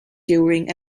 during